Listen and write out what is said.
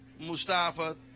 Mustafa